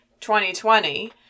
2020